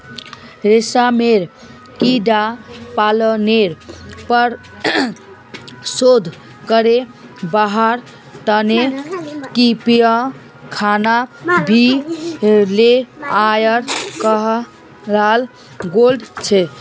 रेशमेर कीड़ा पालनेर पर शोध करे वहार तने कृत्रिम खाना भी तैयार कराल गेल छे